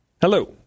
Hello